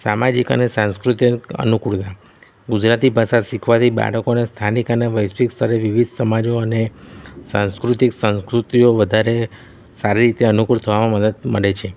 સામાજિક અને સાંસ્કૃતિક અનુકૂળતા ગુજરાતી ભાષા શીખવાથી બાળકોને સ્થાનિક અને વૈશ્વિક સ્તરે વિવિધ સમાજો અને સાંસ્કૃતિક સંસ્કૃતિઓ વધારે સારી રીતે અનુકૂળ થવામાં મદદ મળે છે